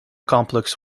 complex